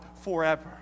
forever